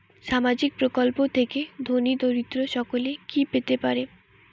সামাজিক প্রকল্প থেকে ধনী দরিদ্র সকলে কি পেতে পারে?